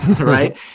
right